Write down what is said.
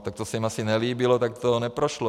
Tak to se jim asi nelíbilo, tak to neprošlo.